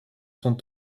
son